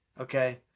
Okay